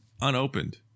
unopened